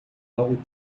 algo